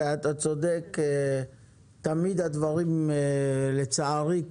ואתה צודק, תמיד הדברים, לצערי,